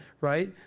right